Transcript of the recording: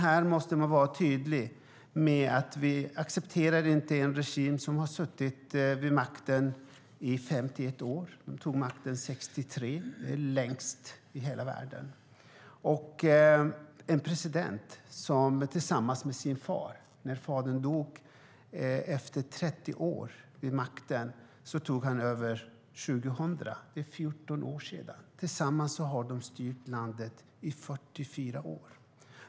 Här måste vi vara tydliga med att vi inte accepterar en regim som har suttit vid makten i 51 år, sedan 1963 - det är längst tid i hela världen - och en president vars familj styrt landet i 44 år. Han tog över 2000, för 14 år sedan, när hans fader dog efter 30 år vid makten.